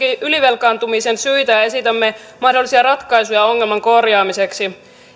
ylivelkaantumisen syitä ja esitämme mahdollisia ratkaisuja ongelman korjaamiseksi